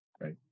Right